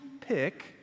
pick